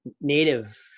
native